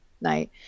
night